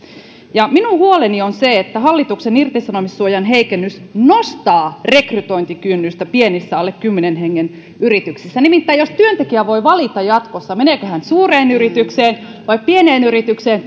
minun huoleni on se että hallituksen irtisanomissuojan heikennys nostaa rekrytointikynnystä pienissä alle kymmenen hengen yrityksissä nimittäin jos työntekijä voi valita jatkossa meneekö hän töihin suureen yritykseen vai pieneen yritykseen